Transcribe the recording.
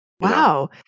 Wow